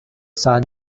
son